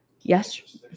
yes